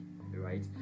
right